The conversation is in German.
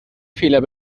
fehler